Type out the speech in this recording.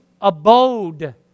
abode